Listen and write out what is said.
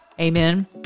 Amen